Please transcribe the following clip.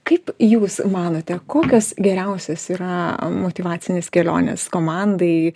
kaip jūs manote kokios geriausios yra motyvacinės kelionės komandai